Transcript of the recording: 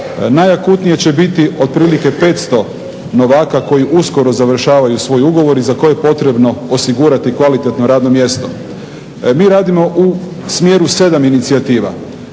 Najakutnije će biti otprilike 500 novaka koji uskoro završavaju svoj ugovor i za koje je potrebno osigurati kvalitetno radno mjesto. Mi radimo u smjeru 7 inicijativa.